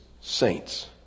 saints